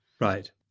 Right